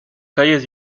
calles